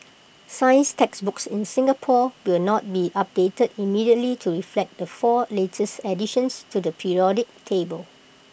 science textbooks in Singapore will not be updated immediately to reflect the four latest additions to the periodic table